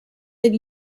that